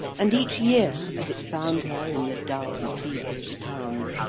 and each year as it found her in the dull, feverish town,